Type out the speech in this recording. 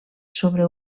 sobre